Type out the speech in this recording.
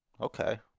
Okay